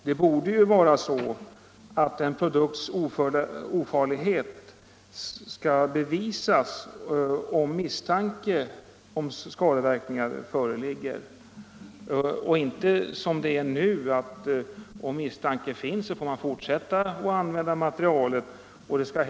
Det borde vara så att en produkts ofarlighet skall bevisas om misstanke om skadeverkningar föreligger, och inte som det är nu att man får fortsätta att använda materialet även om misstanke finns.